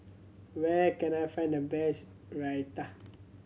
where can I find the best Raita